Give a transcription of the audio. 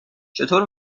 چطور